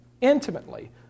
intimately